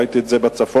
ראיתי את זה בצפון: